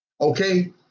Okay